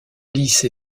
lisse